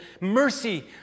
mercy